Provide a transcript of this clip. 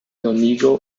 donegal